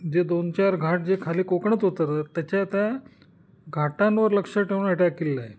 जे दोन चार घाट जे खाली कोकणात उतरतात त्याच्या आता घाटांवर लक्ष ठेवून अटॅक केलेलं आहे